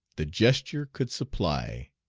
the gesture could supply,